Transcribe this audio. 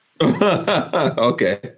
Okay